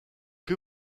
que